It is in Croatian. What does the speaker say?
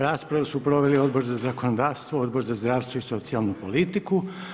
Raspravu su proveli Odbor za zakonodavstvo, Odbor za zdravstvo i socijalnu politiku.